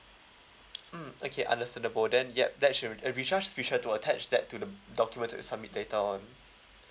mm okay understandable then yup that should and be just be sure to attach that to the document to submit later on